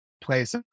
place